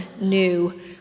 new